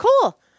cool